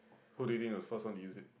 who do you think was the first one to use it